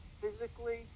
physically